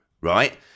Right